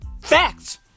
Facts